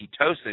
ketosis